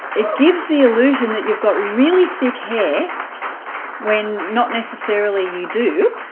it gives the illusion that you've got really thick hair when not necessarily you do